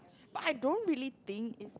but I don't really think it